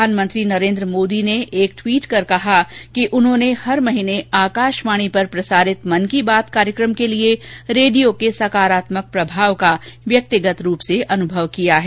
प्रधानमंत्री नरेंद्र मोदी ने ट्वीट संदेश में कहा कि उन्होंने हर महीने आकाशवाणी पर प्रसारित मन की बात कार्यक्रम के लिए रेडियो के सकारात्मक प्रभाव का व्यक्तिगत रूप से अनुभव किया है